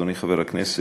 אדוני חבר הכנסת,